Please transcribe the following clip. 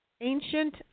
ancient